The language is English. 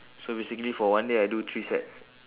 so basically for one day I do three sets